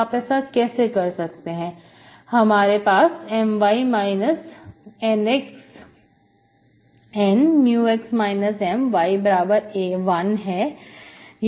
आप ऐसा कैसे कर सकते हैं हमारे पास My NxN μx M y1 है